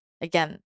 again